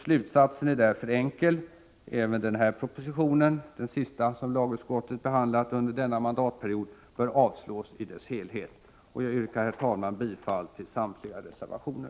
Slutsatsen är därför enkel: Även denna proposition, den sista som lagutskottet behandlat under denna mandatperiod, bör avslås i sin helhet. Jag yrkar, herr talman, bifall till samtliga reservationer.